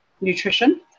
nutrition